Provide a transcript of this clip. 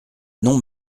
non